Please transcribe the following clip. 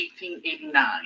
1889